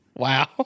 Wow